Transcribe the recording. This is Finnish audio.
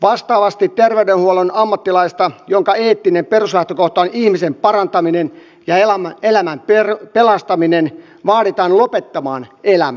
vastaavasti terveydenhuollon ammattilaista jonka eettinen peruslähtökohta on ihmisen parantaminen ja elämän pelastaminen vaaditaan lopettamaan elämä